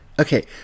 Okay